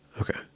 okay